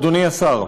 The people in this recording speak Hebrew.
אדוני השר,